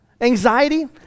Anxiety